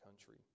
country